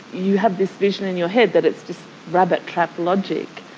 you have this vision in your head that it's just rabbit-trap logic,